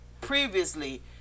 previously